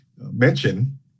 mention